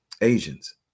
Asians